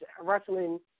wrestling